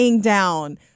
down